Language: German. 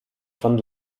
von